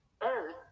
earth